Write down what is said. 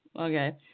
Okay